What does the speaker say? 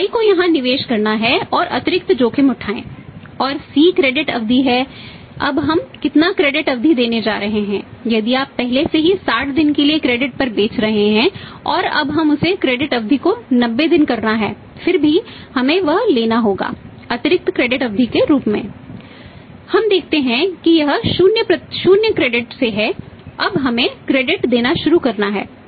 i को यहां निवेश करना है और अतिरिक्त जोखिम उठाएं और c